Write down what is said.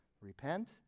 Repent